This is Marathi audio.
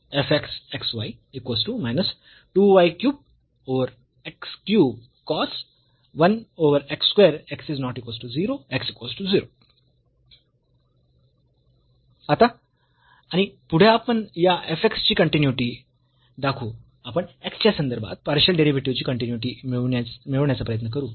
आता आणि पुढे आपण या f x ची कंटीन्यूईटी दाखवू आपण x च्या संदर्भात पार्शियल डेरिव्हेटिव्हची कंटीन्यूईटी मिळविण्याचा प्रयत्न करू